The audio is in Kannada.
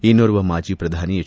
ಇನ್ನೊರ್ವ ಮಾಜಿ ಪ್ರಧಾನಿ ಹೆಚ್